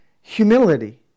humility